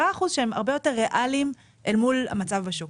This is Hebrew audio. אחוזים שהם הרבה יותר ריאליים אל מול המצב בשוק.